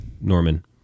Norman